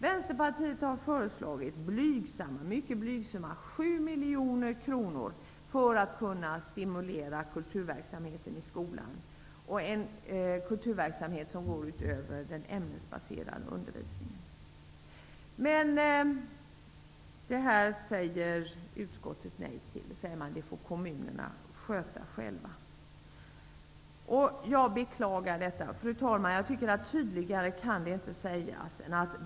Vänsterpartiet har föreslagit ett mycket blygsamt anslag på 7 miljoner kronor för att kunna stimulera en kulturverksamhet i skolan som går utöver den ämnesbaserade undervisningen. Men det säger utskottet nej till. Det får kommunerna sköta själva. Jag beklagar detta, fru talman. Tydligare kan det inte sägas.